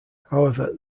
however